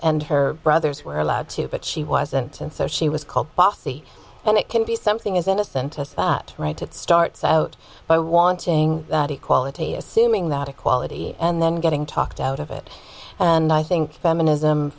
and her brothers were allowed to but she wasn't and so she was called bossy and it can be something as innocent as that right it starts out by wanting to quality assuming that equality and then getting talked out of it and i think feminism